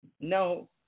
No